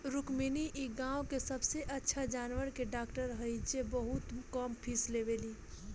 रुक्मिणी इ गाँव के सबसे अच्छा जानवर के डॉक्टर हई जे बहुत कम फीस लेवेली